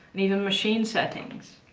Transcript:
even machine settings.